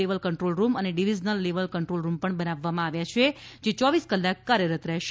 level control room અને divisional level control room પણ બનાવવામાં આવ્યા છે જે યોવીસ કલાક કાર્યરત રહેશે